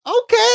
Okay